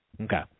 Okay